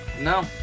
No